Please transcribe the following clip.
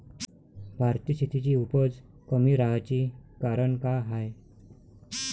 भारतीय शेतीची उपज कमी राहाची कारन का हाय?